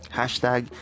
hashtag